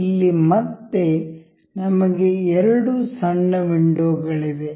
ಇಲ್ಲಿ ಮತ್ತೆ ನಮಗೆ ಎರಡು ಸಣ್ಣ ವಿಂಡೋ ಗಳಿವೆ